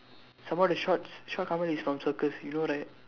some more the shorts short Kamal is from circus you know right